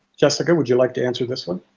jessica, would you like to answer this one?